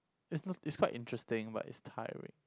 it's n~ it's quite interesting but it's tiring